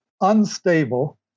unstable